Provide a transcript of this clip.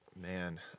Man